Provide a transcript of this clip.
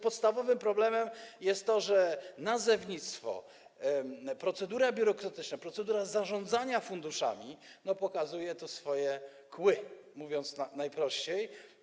Podstawowym problemem jest to, że nazewnictwo, procedura biurokratyczna, procedura zarządzania funduszami pokazują swoje kły, mówiąc najprościej.